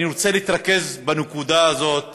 אני רוצה להתרכז בנקודה הזאת